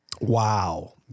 Wow